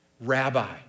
rabbi